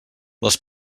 les